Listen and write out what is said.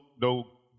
no